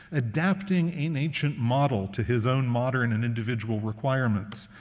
adapting an ancient model to his own modern and individual requirements.